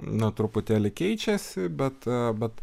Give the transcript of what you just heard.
na truputėlį keičiasi bet bet